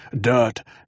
dirt